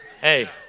Hey